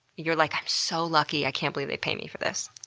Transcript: you're like, i'm so lucky. i can't believe they pay me for this.